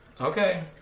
Okay